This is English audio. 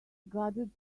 gathered